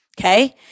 Okay